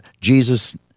jesus